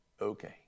Okay